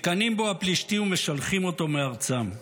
מקנאים בו הפלשתים ומשלחים אותו מארצם.